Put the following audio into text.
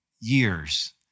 years